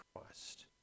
christ